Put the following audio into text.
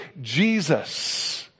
Jesus